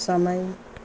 समय